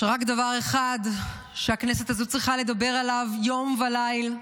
יש רק דבר אחד שהכנסת הזו צריכה לדבר עליו יום וליל,